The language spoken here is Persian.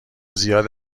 زیاد